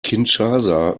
kinshasa